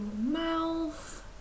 mouth